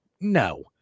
No